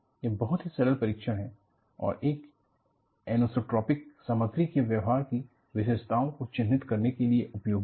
यह बहुत ही सरल परीक्षण है और एक एनीसोट्रॉपिक सामग्री के व्यवहार की विशेषताओं को चिन्हित करने के लिए उपयोगी है